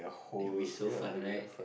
it will be so fun right